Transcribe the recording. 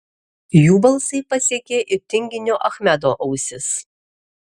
jų balsai pasiekė ir tinginio achmedo ausis